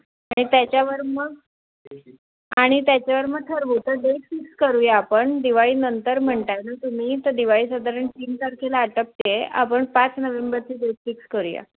आणि त्याच्यावर मग आणि त्याच्यावर मग ठरवू तर डेट फिक्स करूया आपण दिवाळीनंतर म्हणत आहात न तुम्ही तर दिवाळी साधारण तीन तारखेला आटपते आपण पाच नव्हेंबरची डेट फिक्स करूया